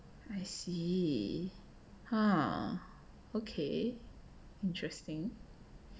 I see !huh! okay interesting